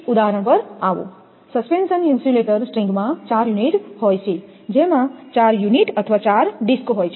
suspension insulator સ્ટ્રિંગમાં ચાર unit હોય છે જેમાં ચાર યુનિટ અથવા ચાર ડિસ્ક હોય છે